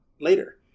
later